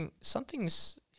something's